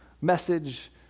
message